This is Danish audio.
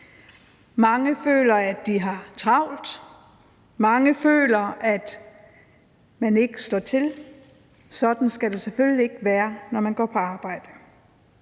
Mange føler, at de har travlt; mange føler, at de ikke slår til. Sådan skal det selvfølgelig ikke være, når man går på arbejde.